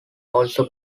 also